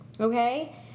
Okay